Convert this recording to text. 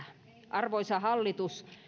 arvoisa hallitus